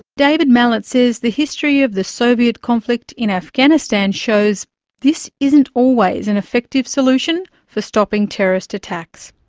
david malet says the history of the soviet conflict in afghanistan shows this isn't always an effective solution for stopping terrorist attacks.